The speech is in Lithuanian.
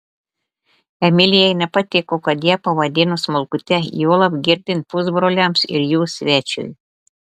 emilijai nepatiko kad ją pavadino smulkute juolab girdint pusbroliams ir jų svečiui